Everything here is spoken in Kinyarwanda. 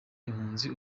impunzi